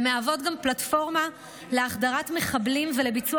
ומהוות גם פלטפורמה להחדרת מחבלים ולביצוע